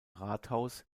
rathaus